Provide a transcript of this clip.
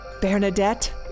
Bernadette